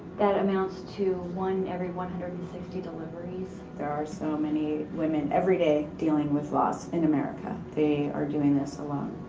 that amounts to one in every one hundred and sixty deliveries. there are so many women, every day, dealing with loss in america. they are doing this alone.